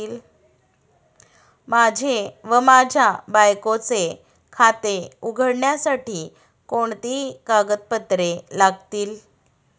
माझे व माझ्या बायकोचे खाते उघडण्यासाठी कोणती कागदपत्रे लागतील?